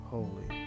Holy